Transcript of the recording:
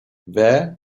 there